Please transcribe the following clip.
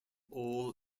all